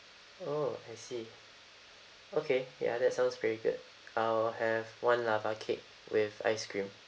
oh I see okay ya that sounds pretty good I'll have one lava cake with ice cream